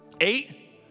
eight